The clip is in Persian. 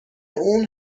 اون